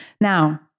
Now